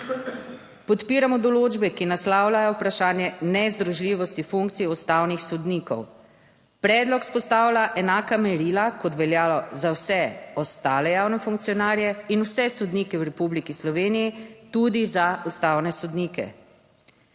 Podpiramo določbe, ki naslavljajo vprašanje nezdružljivosti funkcij ustavnih sodnikov. Predlog vzpostavlja enaka merila, kot veljajo za vse ostale javne funkcionarje in vse sodnike v Republiki Sloveniji, tudi za ustavne sodnike.